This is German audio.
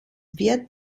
wird